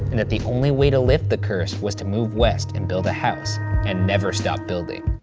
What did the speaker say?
and that the only way to lift the curse was to move west and build a house and never stop building.